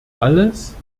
alles